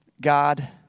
God